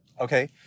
okay